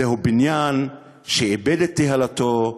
זהו בניין שאיבד את תהילתו.